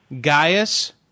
Gaius